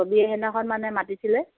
ছবি সেইদিনাখন মানে মাতিছিলে